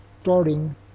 starting